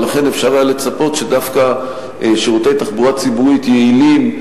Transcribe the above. ולכן אפשר היה לצפות שדווקא שירותי תחבורה ציבורית יעילים,